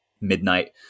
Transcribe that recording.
midnight